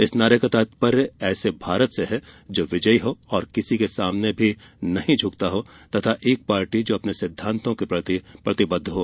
इस नारे का तात्पर्य ऐसे भारत से है जो विजयी हो और किसी के सामने भी नहीं झुकता हो तथा एक पार्टी जो अपने सिद्धांतों के प्रति प्रतिबद्ध हो